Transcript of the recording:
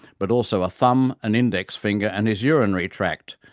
but also a thumb, an index finger and his urinary tract,